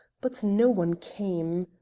but no one came.